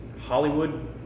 Hollywood